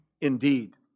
indeed